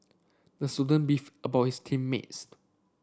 the student beefed about his team mates